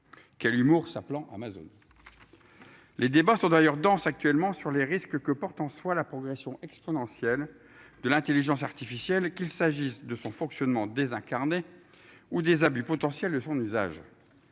Quel humour ça plan Amazonie. Les débats sont d'ailleurs danse actuellement sur les risques que porte en soi la progression exponentielle de l'Intelligence artificielle qu'il s'agisse de son fonctionnement désincarnée ou des abus potentiels de son usage.